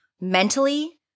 mentally